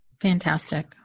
Fantastic